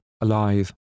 alive